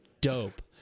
dope